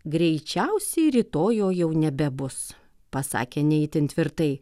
greičiausiai rytoj jo jau nebebus pasakė ne itin tvirtai